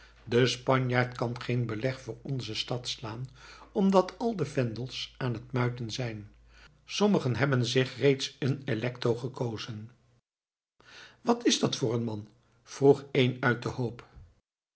de spanjaard kan geen beleg voor onze stad slaan omdat al de vendels aan het muiten zijn sommigen hebben zich reeds eenen electo gekozen wat is dat voor een man vroeg een uit den hoop